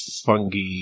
Fungi